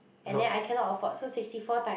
and then I cannot afford so sixty four time